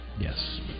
Yes